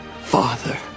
Father